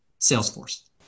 Salesforce